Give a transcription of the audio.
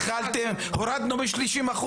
התחלתם הורדנו מ-30%,